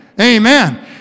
amen